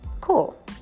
Cool